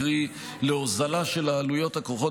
קרי להוזלה של העלויות הכרוכות